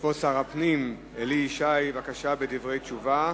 כבוד שר הפנים אלי ישי בדברי תשובה,